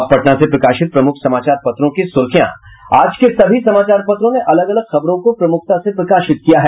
अब पटना से प्रकाशित प्रमुख समाचार पत्रों की सुर्खियां आज के सभी समाचार पत्रों ने अलग अलग खबरों को प्रमुखता से प्रकाशित किया है